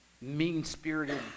mean-spirited